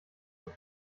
und